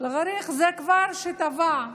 זה מי שכבר טבע,